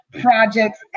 projects